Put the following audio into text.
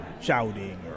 shouting